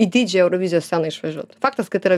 į didžiąją eurovizijos sceną išvažiuot faktas kad yra